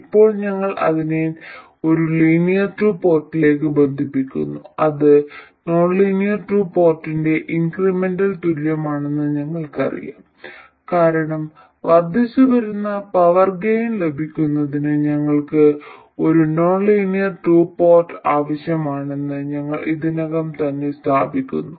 ഇപ്പോൾ ഞങ്ങൾ അതിനെ ഒരു ലീനിയർ ടു പോർട്ടിലേക്ക് ബന്ധിപ്പിക്കുന്നു ഇത് നോൺലീനിയർ ടു പോർട്ടിന്റെ ഇൻക്രിമെന്റൽ തുല്യമാണെന്ന് ഞങ്ങൾക്കറിയാം കാരണം വർദ്ധിച്ചു വരുന്ന പവർ ഗെയിൻ ലഭിക്കുന്നതിന് ഞങ്ങൾക്ക് ഒരു നോൺലീനിയർ ടു പോർട്ട് ആവശ്യമാണെന്ന് ഞങ്ങൾ ഇതിനകം തന്നെ സ്ഥാപിക്കുന്നു